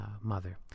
Mother